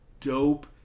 dope